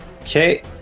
Okay